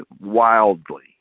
wildly